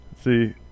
see